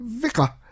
vika